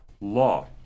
law